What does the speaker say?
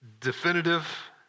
definitive